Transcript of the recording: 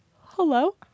hello